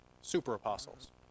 super-apostles